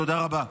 תודה רבה.